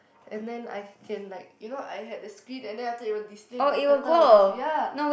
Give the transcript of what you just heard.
and then I can like you know I had a screen and then after it would display my turtle on this ya